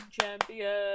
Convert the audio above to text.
champion